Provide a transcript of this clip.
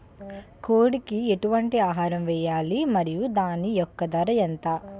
కోడి కి ఎటువంటి ఆహారం వేయాలి? మరియు దాని యెక్క ధర ఎంత?